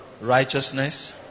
righteousness